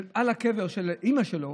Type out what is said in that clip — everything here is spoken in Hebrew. על הקבר של אימא שלו,